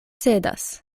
cedas